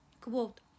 Quote